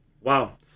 Wow